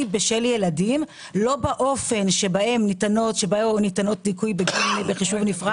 בשל ילדים לא באופן שבו ניתנות נקודות זיכוי בחישוב נפרד.